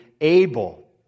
able